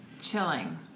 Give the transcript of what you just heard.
chilling